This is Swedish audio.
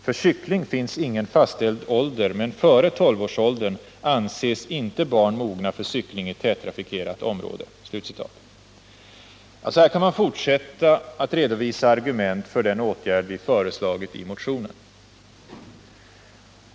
För cykling finns ingen fastställd ålder, men före 12-årsåldern anses inte barn mogna för cykling i tättrafikerat område.” Ja, så här kan man fortsätta att redovisa argument för den åtgärd vi föreslagit i motionen.